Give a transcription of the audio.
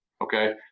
okay